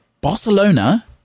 Barcelona